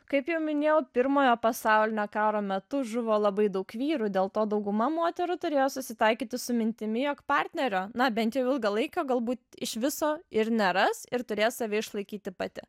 kaip jau minėjau pirmojo pasaulinio karo metu žuvo labai daug vyrų dėl to dauguma moterų turėjo susitaikyti su mintimi jog partnerio na bent jau ilgą laiką galbūt iš viso ir neras ir turės save išlaikyti pati